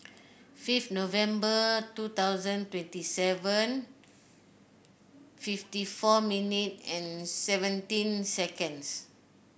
fifth November two thousand twenty seven fifty four minute and seventeen seconds